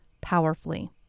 powerfully